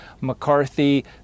McCarthy